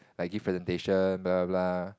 like give presentation blah blah blah